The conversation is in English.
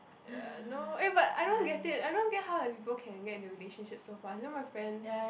ya no eh but I don't get it I don't get how like people can get into relationship so fast you know my friend